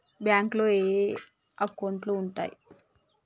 బ్యాంకులో ఏయే అకౌంట్లు ఉంటయ్?